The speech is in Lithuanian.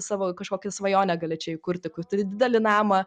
savo kažkokią svajonę galėčiau įkurti kur turi didelį namą